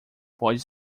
pode